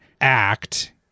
act